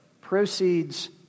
proceeds